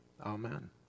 Amen